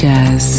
Jazz